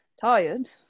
tired